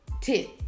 tip